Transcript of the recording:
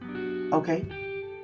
okay